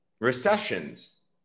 Recessions